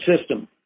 system